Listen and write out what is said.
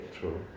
True